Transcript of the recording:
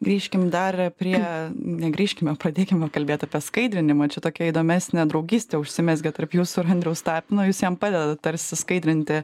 grįžkim dar prie ne grįžkim o pradėkim gal kalbėt apie skaidrinimą čia tokia įdomesnė draugystė užsimezgė tarp jūsų ir andriaus tapino jūs jam padedat tarsi skaidrinti